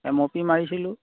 M O P মাৰিছিলোঁ